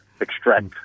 extract